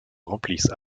remplissent